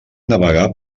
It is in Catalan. navegar